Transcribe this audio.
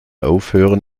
aufhören